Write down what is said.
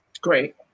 Great